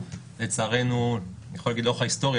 לצערנו - אני יכול להגיד לאורך ההיסטוריה,